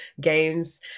games